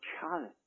challenge